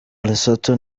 lesotho